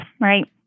right